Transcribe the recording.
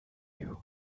you